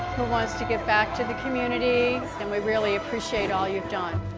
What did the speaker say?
who wants to give back to the community and we really appreciate all you've done.